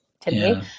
today